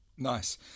Nice